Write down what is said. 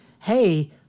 hey